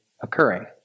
occurring